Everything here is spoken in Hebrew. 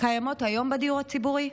קיימות היום בדיור הציבורי?